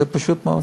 זה פשוט מאוד.